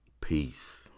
Peace